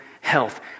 health